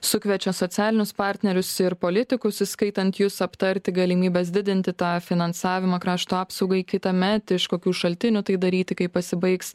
sukviečia socialinius partnerius ir politikus įskaitant jus aptarti galimybes didinti tą finansavimą krašto apsaugai kitąmet iš kokių šaltinių tai daryti kai pasibaigs